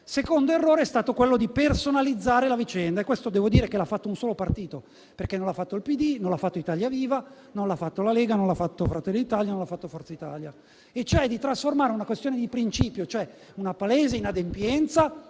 Il secondo errore è stato quello di personalizzare la vicenda. Devo dire che questo l'ha fatto un solo partito: non l'ha fatto il PD, non l'ha fatto Italia Viva, non l'ha fatto la Lega, non l'ha fatto Fratelli d'Italia e non l'ha fatto Forza Italia. L'errore è consistito nel trasformare una questione di principio, cioè una palese inadempienza,